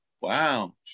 Wow